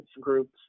groups